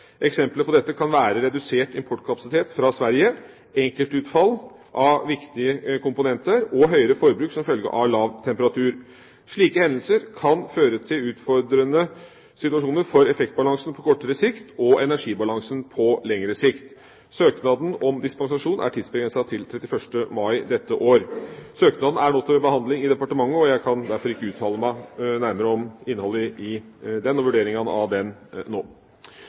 Eksempler på dette kan være redusert importkapasitet fra Sverige, enkeltutfall av viktige komponenter og høyere forbruk som følge av lav temperatur. Slike hendelser kan føre til utfordrende situasjoner for effektbalansen på kortere sikt og energibalansen på lengre sikt. Søknaden om dispensasjon er tidsbegrenset til 31. mai dette år. Søknaden er nå til behandling i departementet, og jeg kan derfor ikke uttale meg nærmere om innholdet i eller vurderinga av den nå.